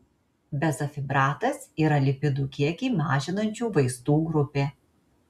bezafibratas yra lipidų kiekį mažinančių vaistų grupė